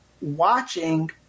watching